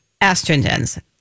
estrogens